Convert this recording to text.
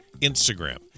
Instagram